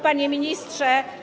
Panie Ministrze!